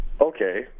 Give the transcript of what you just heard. Okay